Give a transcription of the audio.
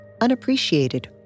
unappreciated